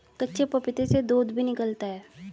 कच्चे पपीते से दूध भी निकलता है